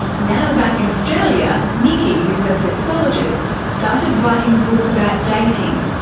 now back in australia, nikki, who's a sexologist, started writing a book about dating.